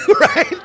Right